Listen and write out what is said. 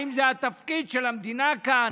האם זה התפקיד של המדינה כאן?